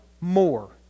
more